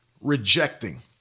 rejecting